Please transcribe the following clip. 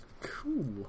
Cool